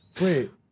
Wait